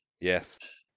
yes